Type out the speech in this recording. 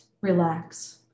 relax